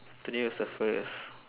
today was the first